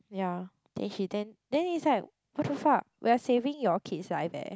ya then she then then its like what the fuck we are saving your kid's life eh